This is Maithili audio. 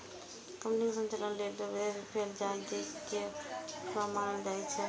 कंपनीक संचालन लेल जे व्यय कैल जाइ छै, ओ नकदी प्रवाह मानल जाइ छै